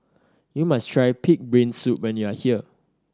you must try pig brain soup when you are here